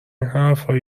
حرفا